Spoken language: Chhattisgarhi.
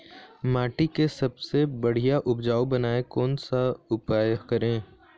माटी के सबसे बढ़िया उपजाऊ बनाए कोन सा उपाय करें?